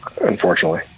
unfortunately